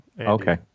Okay